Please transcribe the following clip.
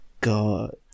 God